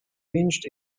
arranged